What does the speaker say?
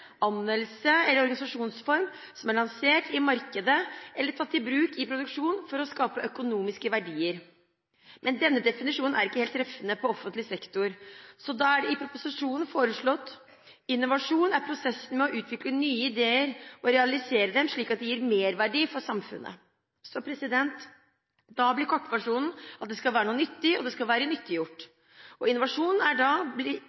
anvendelse eller organisasjonsform som er lansert i markedet eller tatt i bruk i produksjonen for å skape økonomiske verdier» Men denne definisjonen er ikke helt treffende på offentlig sektor, så da er det i proposisjonen foreslått: «Innovasjon er prosessen med å utvikle nye ideer og realisere dem slik at de gir merverdi for samfunnet.» Da blir kortversjonen at det skal være noe nyttig, og det skal være nyttiggjort. Innovasjon blir da